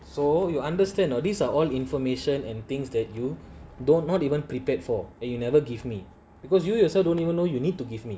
so you understand not these are all information and things that you don't not even prepared for it and you never give me because you yourself also don't even know you need to give me